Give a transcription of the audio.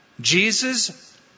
Jesus